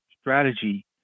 strategy